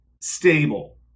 stable